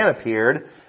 appeared